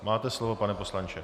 Máte slovo, pane poslanče.